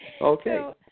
Okay